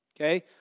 okay